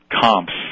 comps